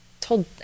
told